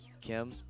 Kim